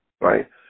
Right